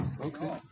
Okay